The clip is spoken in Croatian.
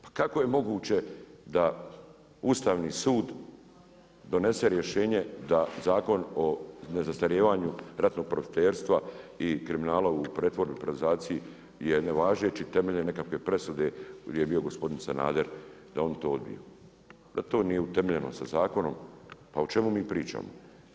Pa kako je moguće da Ustavni sud donesene rješenje da Zakon o nezastarijevanju ratnog profiterstva i kriminala u pretvorbi, privatizaciji je nevažeći temeljem nekakve presude gdje je bio gospodin Sanader da on to, da to nije utemeljeno sa zakonom, pa o čemu mi pričamo?